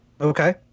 Okay